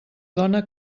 dona